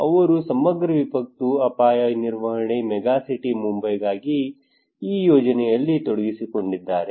ಅವರು ಸಮಗ್ರ ವಿಪತ್ತು ಅಪಾಯ ನಿರ್ವಹಣೆ ಮೆಗಾಸಿಟಿ ಮುಂಬೈಗಾಗಿ ಈ ಯೋಜನೆಯಲ್ಲಿ ತೊಡಗಿಸಿಕೊಂಡಿದ್ದಾರೆ